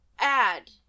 Add